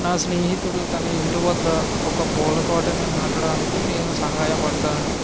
నా స్నేహితుడు తన ఇంటి వద్ద ఒక పూల తోటను నాటడానికి నేను సహాయపడ్డాను